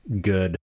good